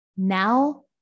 Now